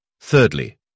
Thirdly